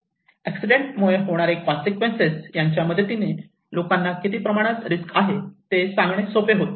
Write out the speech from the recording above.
accident मुळे होणारे consequences यांच्या मदतीने लोकांना किती प्रमाणात रिस्क आहे ते सांगणे सोपे होते